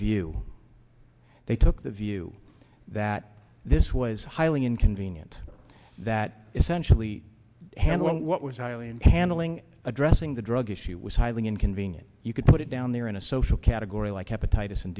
view they took the view that this was highly inconvenient that essentially handle what was handling addressing the drug issue was highly inconvenient you could put it down there in a social category like hepatitis and